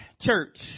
church